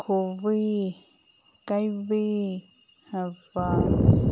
ꯈꯣꯋꯤ ꯀꯩꯕꯤ ꯑꯕꯥ